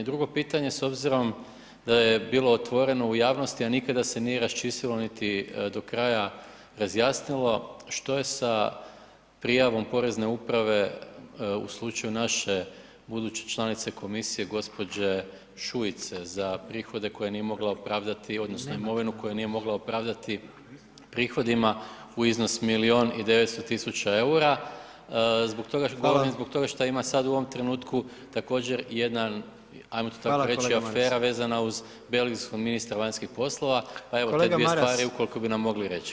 Drugo pitanje, s obzirom da je bilo otvoreno u javnosti, a nikada se nije raščistilo niti do kraja razjasnilo što je sa prijavom Porezne uprave u slučaju naše buduće članice komisije gospođe Šuice za prihode koje nije mogla opravdati odnosno imovinu koju nije mogla opravdati, prihodima u iznosu milijun i 900 tisuća eura, zbog toga govorim zbog toga što ima sada u ovom trenutku također jedna, ajmo to tako reći afera vezana uz belgijskog ministra vanjskih poslova, pa evo te dvije stvari ukoliko bi nam mogli reći.